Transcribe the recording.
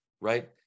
Right